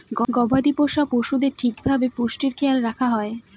গবাদি পোষ্য পশুদের ঠিক ভাবে পুষ্টির খেয়াল রাখা হয়